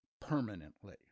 permanently